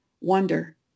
wonder